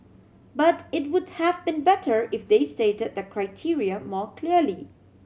but it would have been better if they stated the criteria more clearly